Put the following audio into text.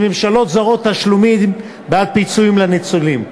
מממשלות זרות תשלומים בעד פיצויים לניצולים,